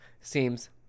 seems